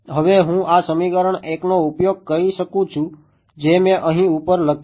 હવે હું આ સમીકરણ 1 નો ઉપયોગ કરી શકું છું જે મેં અહીં ઉપર લખ્યું છે